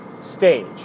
stage